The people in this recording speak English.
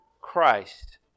Christ